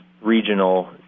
regional